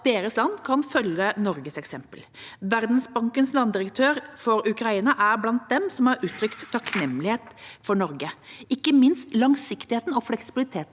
deres land kan følge Norges eksempel. Verdensbankens landdirektør for Ukraina er blant dem som har uttrykt takknemlighet overfor Norge, ikke minst for langsiktigheten og fleksibiliteten